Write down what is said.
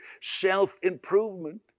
self-improvement